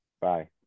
Bye